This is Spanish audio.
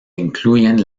incluyen